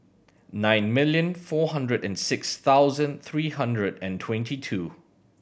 nine million four hundred and six thousand three hundred and twenty two